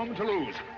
um to lose.